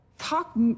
talk